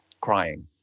crying